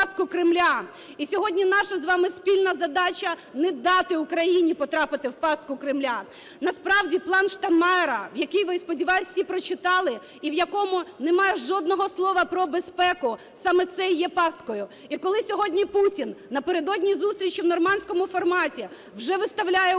І сьогодні наша з вами спільна задача не дати Україні потрапити в пастку Кремля. Насправді "план Штайнмайєра", який ви, я сподіваюсь, всі прочитали і в якому немає жодного слова про безпеку, саме це і є пасткою. І коли сьогодні Путін напередодні зустрічі в "нормандському форматі" вже виставляє українському